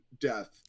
death